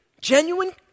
genuine